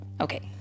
Okay